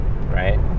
right